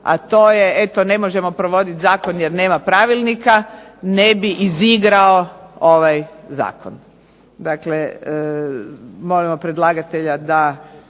a to je eto ne možemo provoditi zakon jer nema pravilnika ne bi izigrao ovaj zakon. Dakle, molimo predlagatelja da